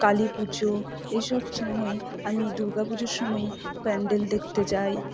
কালীপুজো এই সব সময়ই আমি দুর্গা পুজোর সময়ই প্যান্ডেল দেখতে যাই